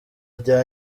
rya